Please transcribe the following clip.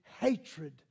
hatred